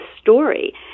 story